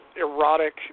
erotic